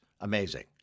Amazing